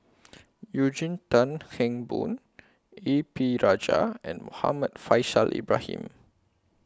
Eugene Tan Kheng Boon A P Rajah and Muhammad Faishal Ibrahim